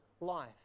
life